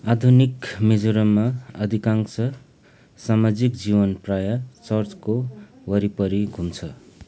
आधुनिक मिजोरममा अधिकांश सामाजिक जीवन प्रायः चर्चको वरिपरि घुम्छ